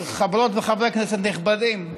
חברות וחברי כנסת נכבדים,